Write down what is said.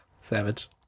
Savage